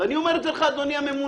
ואני אומר את זה לך, אדוני הממונה.